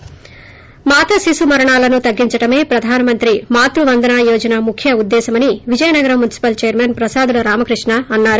ి ప్ర మాతా శిశు మరణాలను తగ్గించడమే ప్రధాన మంత్రి మాత్రు వందనా యోజన ముఖ్య ఉద్దేశ్యమని విజయనగరం మునిసిపల్ చైర్మన్ ప్రసాదుల రామకృష్ణ అన్సారు